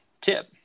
tip